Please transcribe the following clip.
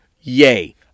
Yay